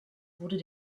wurde